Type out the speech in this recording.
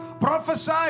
prophesy